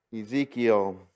Ezekiel